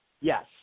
Yes